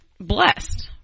blessed